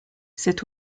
cet